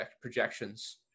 projections